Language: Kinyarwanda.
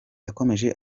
yakomeje